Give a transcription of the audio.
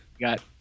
got